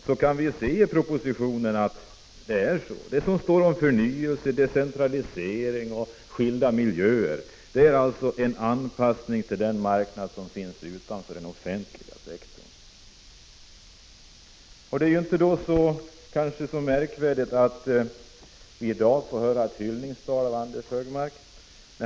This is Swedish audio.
Detta kan vi läsa i propositionen. Där talas det om förnyelse, decentralisering och skilda miljöer, vilket innebär att det sker en anpassning till den marknad som finns utanför den offentliga sektorn. Det är därför inte så märkvärdigt att vi i dag får höra ett hyllningstal av Anders Högmark.